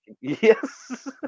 Yes